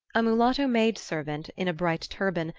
a mulatto maid-servant in a bright turban,